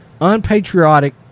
unpatriotic